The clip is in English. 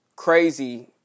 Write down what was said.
crazy